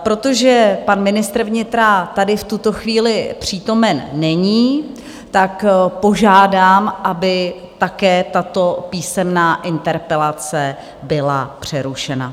Protože pan ministr vnitra tady v tuto chvíli přítomen není, požádám, aby také tato písemná interpelace byla přerušena.